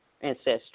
ancestry